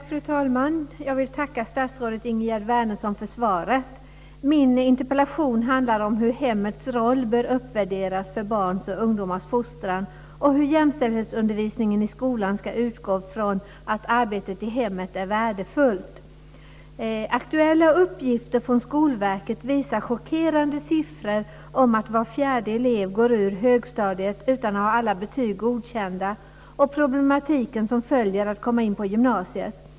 Fru talman! Jag vill tacka statsrådet Ingegerd Min interpellation handlar om hur hemmets roll för barns och ungdomars fostran bör uppvärderas och hur jämställdhetsundervisningen i skolan ska utgå från att arbetet i hemmet är värdefullt. Aktuella uppgifter från Skolverket visar chockerande siffror om att var fjärde elev går ur högstadiet utan att ha alla betyg godkända, och sedan följer problematiken med att komma in på gymnasiet.